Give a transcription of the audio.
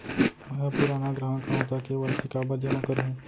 मैं ह पुराना ग्राहक हव त के.वाई.सी काबर जेमा करहुं?